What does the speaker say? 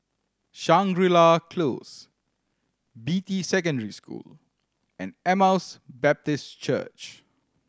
Shangri La Close Beatty Secondary School and Emmaus Baptist Church